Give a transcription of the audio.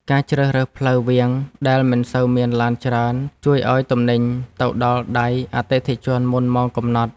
ការជ្រើសរើសផ្លូវវាងដែលមិនសូវមានឡានច្រើនជួយឱ្យទំនិញទៅដល់ដៃអតិថិជនមុនម៉ោងកំណត់។